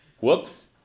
Whoops